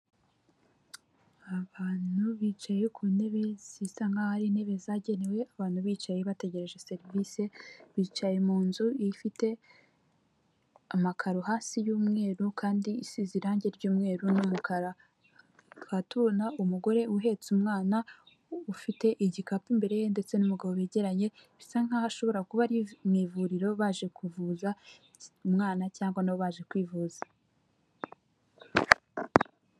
Abantu bicaye ku ntebe zisa nk'aho intebe zagenewe abantu bicaye bategereje serivisi bicaye mu nzu ifite amakaro hasi y'umweru kandi isize irange ry'umweru n'umukara tukaba tubona umugore uhetse umwana ufite igikapu imbere ye ndetse n'umugabo begeranye bisa nkaho ashobora kuba ari mu ivuriro baje kuvuza umwana cyangwa nabo baje kwivuza.